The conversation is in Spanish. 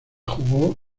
jugó